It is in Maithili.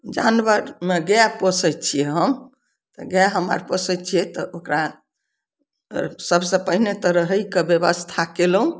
जानवरमे गाय पोसय छी हम तऽ गाय हमे पोसय छियै तऽ ओकरा सबसँ पहिने तऽ रहयके व्यवस्था कयलहुँ